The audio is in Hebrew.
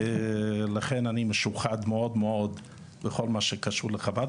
ולכן אני משוחד מאוד מאוד בכל מה שקשור לחב"ד.